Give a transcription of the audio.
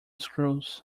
screws